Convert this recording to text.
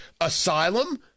asylum